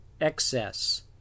excess